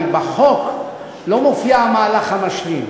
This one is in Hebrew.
כי בחוק לא מופיע המהלך המשלים,